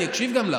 אני גם אקשיב לך,